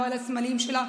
לא על הסמלים שלה,